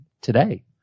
today